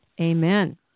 amen